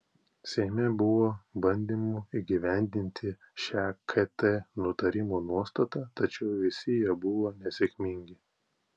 seime buvo bandymų įgyvendinti šią kt nutarimo nuostatą tačiau visi jie buvo nesėkmingi